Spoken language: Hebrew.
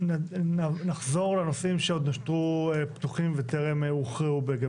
נחזור לנושאים שעוד נותרו פתוחים וטרם הוכרעו.